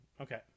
Okay